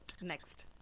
next